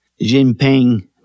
Jinping